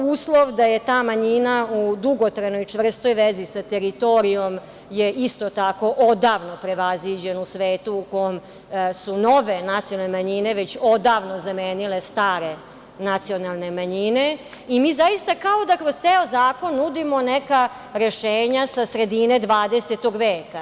Uslov da je ta manjina u dugotrajnoj i čvrstoj vezi sa teritorijom je, isto tako, odavno prevaziđen u svetu u kom su nove nacionalne manjine već odavno zamenile stare nacionalne manjine i mi zaista kao da kroz ceo zakon nudimo neka rešenja sa sredine 20. veka.